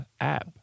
app